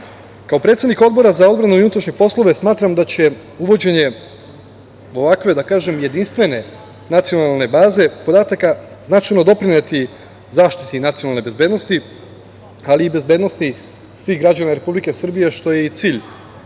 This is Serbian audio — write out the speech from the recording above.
predsednik Odbora za odbranu i unutrašnje poslove smatram da će uvođenje ovakve, da kažem, jedinstvene Nacionalne baze podataka značajno doprineti zaštiti nacionalne bezbednosti, ali i bezbednosti svih građana Republike Srbije, što je i cilj